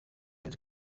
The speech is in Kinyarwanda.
yaje